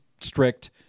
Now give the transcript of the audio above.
strict